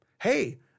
hey